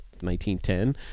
1910